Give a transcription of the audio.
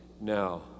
now